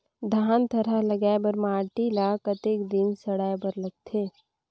धान थरहा लगाय बर माटी ल कतेक दिन सड़ाय बर लगथे?